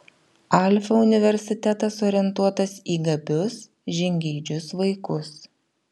alfa universitetas orientuotas į gabius žingeidžius vaikus